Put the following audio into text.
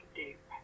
deep